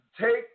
take